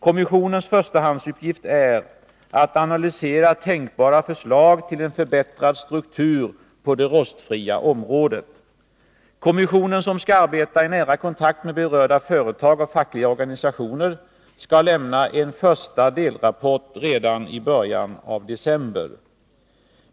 Kommissionens förstahandsuppgift är att analysera tänkbara förslag till en förbättrad struktur på det rostfria området. Kommissionen — som skall arbeta i nära kontakt med berörda företag och fackliga organisationer — skall lämna en första delrapport redan i början av december.